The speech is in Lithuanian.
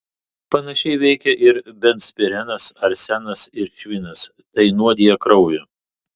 panašiai veikia ir benzpirenas arsenas ir švinas tai nuodija kraują